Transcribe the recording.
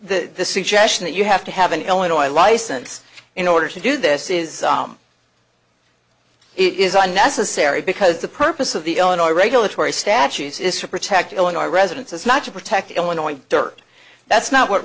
the suggestion that you have to have an illinois license in order to do this is it is unnecessary because the purpose of the illinois regulatory statutes is to protect illinois residents it's not to protect illinois dirt that's not what